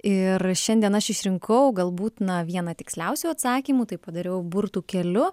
ir šiandien aš išrinkau galbūt na vieną tiksliausių atsakymų tai padariau burtų keliu